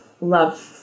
love